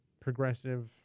progressive